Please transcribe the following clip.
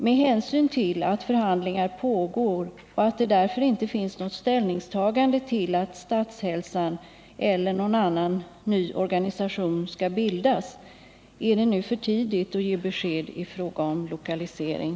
Men hänsyn till att förhandlingar pågår och att det därför inte finns något ställningstagande till att Statshälsan — eller annan ny organisation — skall bildas, är det nu för tidigt att ge besked i frågan om lokalisering.